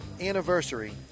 anniversary